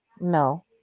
No